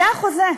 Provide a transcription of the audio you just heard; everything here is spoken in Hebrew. זה החוזה.